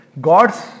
gods